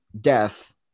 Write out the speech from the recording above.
death